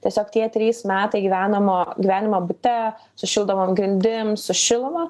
tiesiog tie trys metai gyvenamo gyvenimo bute su šildomom grindim su šiluma